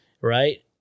right